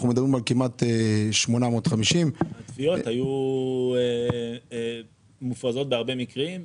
אנחנו מדברים על כמעט 850. התביעות היו מופרזות בהרבה מקרים.